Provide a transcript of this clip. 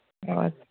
ꯍꯣꯏ